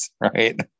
right